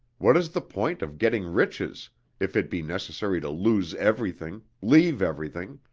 what is the point of getting riches if it be necessary to lose everything, leave everything,